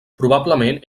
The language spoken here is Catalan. probablement